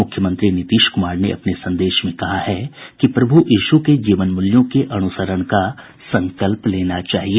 मुख्यमंत्री नीतीश कुमार ने अपने संदेश में कहा है कि हमें प्रभु यीशू के जीवन मूल्यों के अनुसरण का संकल्प लेना चाहिए